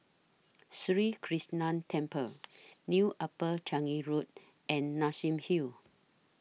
Sri Krishnan Temple New Upper Changi Road and Nassim Hill